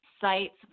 sites